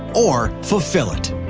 or fulfill it?